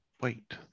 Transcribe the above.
wait